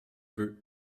peu